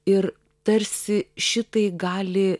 ir tarsi šitai gali